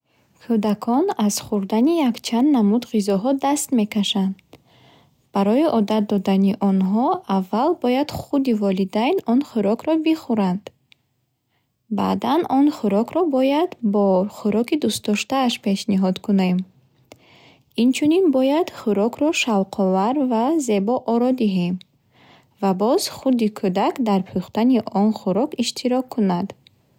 Кӯдакон аз хурдани якчанд намуд ғиззоҳо даст мекашанд. Барои одат додани оҳно аввал бояд худи волидайн он хӯрокро бихуранд. Баъдан он хӯрокро бояд бо хӯроки дустдоштааш пешниҳод кунем. Инчунин бояд хӯрокро шавқовар ва зебо оро диҳем. Ва боз худи кӯдак дар пӯхтани он хӯрок иштирок кунад.